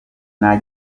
nta